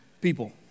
people